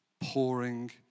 pouring